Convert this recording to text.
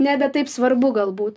nebe taip svarbu galbūt